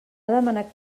demanat